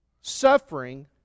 Suffering